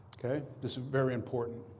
ok? this is very important.